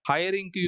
Hiring